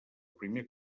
primer